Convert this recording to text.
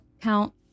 count